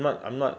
I'm not I'm not